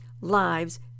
lives